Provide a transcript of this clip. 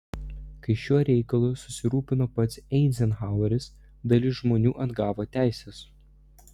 kai šiuo reikalu susirūpino pats eizenhaueris dalis žmonių atgavo teises